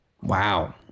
Wow